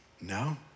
No